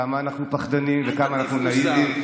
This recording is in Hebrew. כמה אנחנו פחדנים וכמה אנחנו נאיביים,